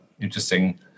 interesting